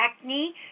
acne